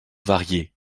variés